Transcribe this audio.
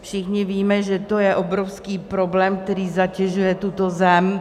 Všichni víme, že to je obrovský problém, který zatěžuje tuto zemi.